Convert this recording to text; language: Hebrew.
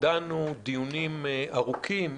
דנו דיונים ארוכים,